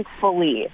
thankfully